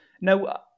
Now